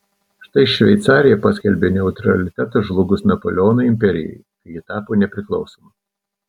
štai šveicarija paskelbė neutralitetą žlugus napoleono imperijai kai ji tapo nepriklausoma